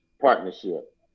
partnership